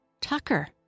Tucker